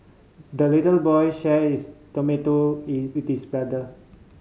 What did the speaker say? the little boy shared his tomato with his brother